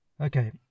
Okay